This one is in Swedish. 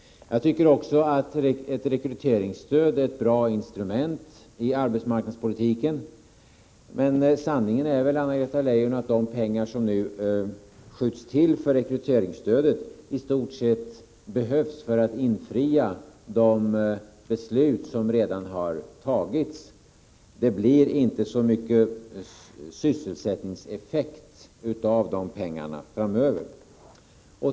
Jag tycker också att ett rekryteringsstöd är ett bra instrument i arbetsmarknadspolitiken. Men sanningen är väl, Anna-Greta Leijon, att de pengar som nu skjuts till för rekryteringsstödet i stort sett behövs för att fullfölja de beslut som redan har fattats. Det blir inte så mycket sysselsättningseffekt av de pengarna framöver. Herr talman!